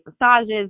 massages